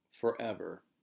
forever